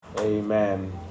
Amen